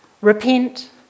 repent